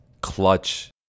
clutch